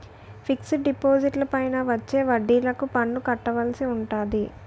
fixed డిపాజిట్లపైన వచ్చే వడ్డిలకు పన్ను కట్టవలసి ఉంటాది